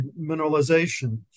mineralization